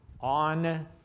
on